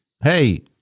Hey